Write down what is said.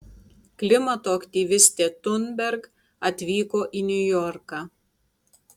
klimato aktyvistė thunberg atvyko į niujorką